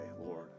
Lord